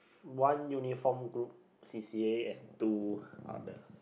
one uniform group c_c_a and two others